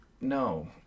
No